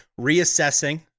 Reassessing